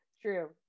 true